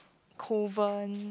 Kovan